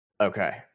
Okay